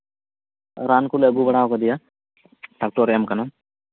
ᱨᱟᱱ ᱠᱚᱞᱮ ᱟᱹᱜᱩ ᱵᱟᱲᱟ ᱟᱠᱟᱫᱮᱭᱟ ᱰᱟᱠᱴᱚᱨᱮ ᱮᱢ ᱟᱠᱟᱱᱟ